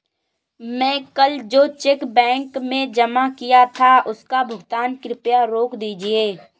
मैं कल जो चेक बैंक में जमा किया था उसका भुगतान कृपया रोक दीजिए